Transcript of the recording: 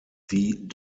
die